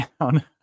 down